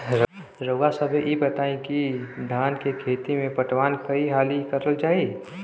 रउवा सभे इ बताईं की धान के खेती में पटवान कई हाली करल जाई?